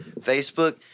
Facebook